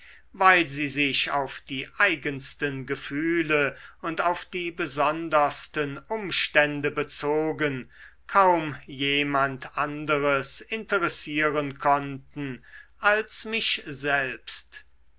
weil sie sich auf die eigensten gefühle und auf die besondersten umstände bezogen kaum jemand anderes interessieren konnten als mich selbst